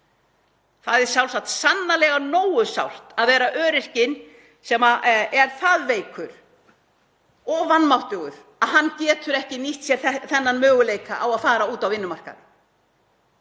Það er sannarlega nógu sárt að vera öryrkinn sem er það veikur og vanmáttugur að hann getur ekki nýtt sér þann möguleika að fara út á vinnumarkaðinn.